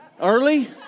early